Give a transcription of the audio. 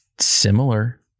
similar